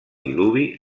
diluvi